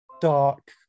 dark